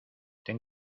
ten